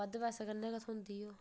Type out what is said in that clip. बद्ध पैसे कन्नै गै थ्होंदी ओह्